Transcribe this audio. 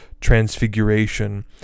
transfiguration